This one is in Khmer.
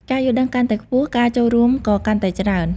ការយល់ដឹងកាន់តែខ្ពស់ ការចូលរួមក៏កាន់តែច្រើន។